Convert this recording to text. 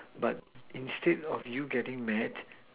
but instead of you getting mad